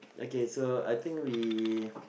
okay so I think we